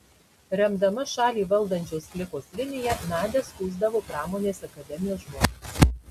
remdama šalį valdančios klikos liniją nadia skųsdavo pramonės akademijos žmones